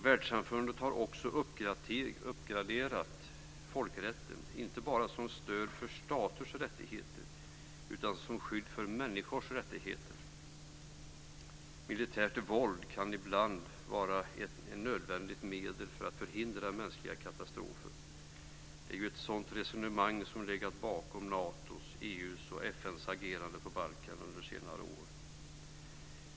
Världssamfundet har också uppgraderat folkrätten, inte bara som stöd för staters rättigheter utan också som skydd för människors rättigheter. Militärt våld kan ibland vara ett nödvändigt medel för att förhindra mänskliga katastrofer. Det är ju ett sådant resonemang som har legat bakom Natos, EU:s och FN:s agerande på Balkan under senare år.